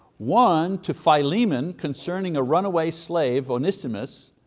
one to philemon, concerning a runaway slave, onesimus,